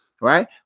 right